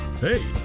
Hey